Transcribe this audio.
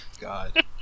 God